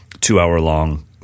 two-hour-long